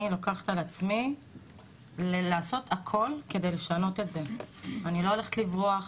לוקחת על עצמי לעשות הכל כדי לשנות את זה ואני לא הולכת לברוח,